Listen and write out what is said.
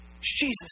Jesus